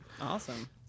Awesome